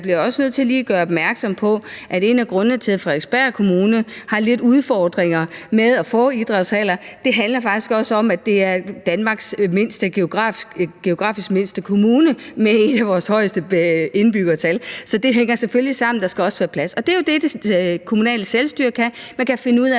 Jeg bliver også nødt til lige at gøre opmærksom på, at en af grundene til, at Frederiksberg Kommune har lidt udfordringer med at få idrætshaller, faktisk handler om, at det er Danmarks geografisk mindste kommune med et af de højeste indbyggertal. Så det hænger selvfølgelig sammen. Der skal også være plads. Og det, som det kommunale selvstyre kan, er jo, at det kan finde ud af,